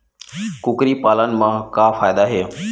कुकरी पालन म का फ़ायदा हे?